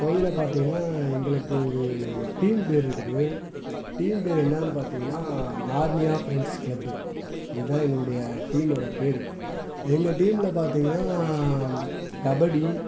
எங்கள் பகுதியில பார்த்தீங்கனா எங்களுக்கு ஒரு டீம் பேர் இருக்குது டீம் பேர் என்னானு பார்த்தீங்கனா நார்னியா ஃப்ரெண்ட்ஸ் க்ளப்பு இதான் எங்களுடைய டீமோட பேர் எங்கள் டீம்மில் பார்த்தீங்கனா கபடி